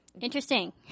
Interesting